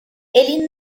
ele